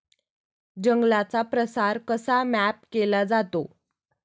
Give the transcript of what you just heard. जंगलांचा प्रसार कसा मॅप केला जातो?